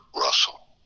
Russell